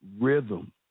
rhythm